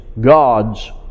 God's